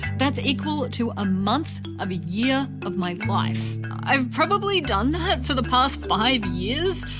that's equal to a month of a year of my life. i've probably done that for the past five years,